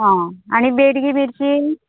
आं आनी बेटगी मिरची